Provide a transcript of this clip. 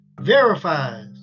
verifies